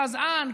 גזען,